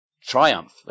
triumph